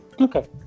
Okay